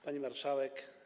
Pani Marszałek!